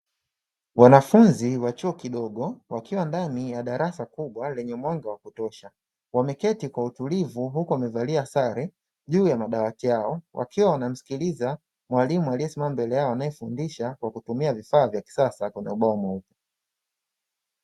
Wanafunzi wa chuo kidogo wakiwa ndani ya darasa lenye mwanga wa kutosha, wameketi kwa utulivu uku wamevalia sare juu ya madawati yao, huku wanamsikiliza mwalimu aliye simama mbele yao anaefundisha kwa kutumia vifaa vya kisasa kwenye ubao mweupe.